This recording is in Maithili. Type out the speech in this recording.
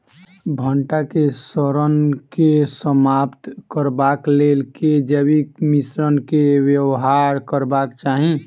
भंटा केँ सड़न केँ समाप्त करबाक लेल केँ जैविक मिश्रण केँ व्यवहार करबाक चाहि?